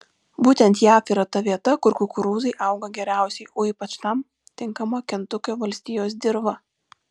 būtent jav yra ta vieta kur kukurūzai auga geriausiai o ypač tam tinkama kentukio valstijos dirva